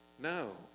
No